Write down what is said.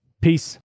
Peace